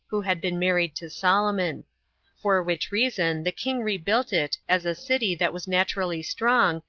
who had been married to solomon for which reason the king rebuilt it, as a city that was naturally strong,